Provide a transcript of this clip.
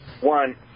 One